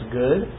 good